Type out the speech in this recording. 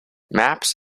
maps